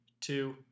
two